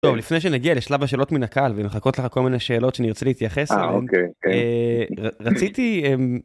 טוב לפני שנגיע לשלב השאלות מן הקהל ומחכות לך כל מיני שאלות שאני רוצה להתייחס אליהם, רציתי...